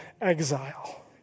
exile